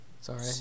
Sorry